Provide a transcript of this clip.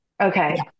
Okay